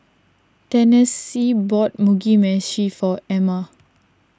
Tennessee bought Mugi Meshi for Emma